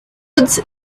roads